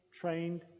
trained